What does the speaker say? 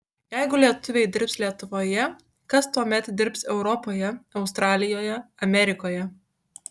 jeigu lietuviai dirbs lietuvoje kas tuomet dirbs europoje australijoje amerikoje